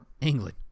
England